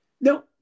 no